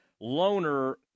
Loner